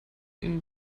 ihnen